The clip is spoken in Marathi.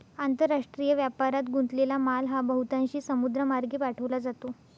आंतरराष्ट्रीय व्यापारात गुंतलेला माल हा बहुतांशी समुद्रमार्गे पाठवला जातो